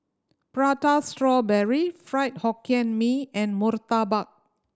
Prata Strawberry Fried Hokkien Mee and murtabak